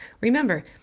Remember